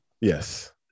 yes